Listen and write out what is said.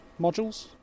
modules